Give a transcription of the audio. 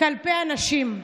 כלפי הנשים.